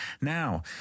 now